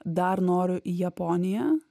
dar noriu į japoniją